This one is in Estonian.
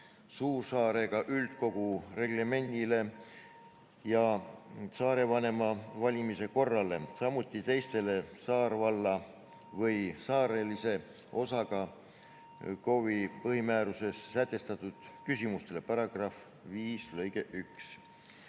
suursaarega, üldkogu reglemendile ja saarevanema valimise korrale, samuti teistele saarvalla või saarelise osaga KOV‑i põhimääruses sätestatud küsimustele (§ 5 lõige